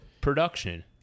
production